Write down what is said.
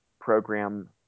program